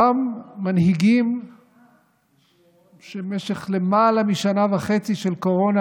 אותם מנהיגים שבמשך למעלה משנה וחצי של קורונה,